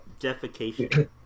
Defecation